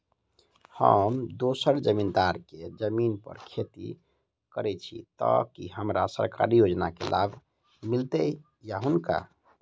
हम दोसर जमींदार केँ जमीन पर खेती करै छी तऽ की हमरा सरकारी योजना केँ लाभ मीलतय या हुनका?